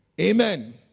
Amen